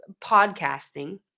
podcasting